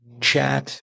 chat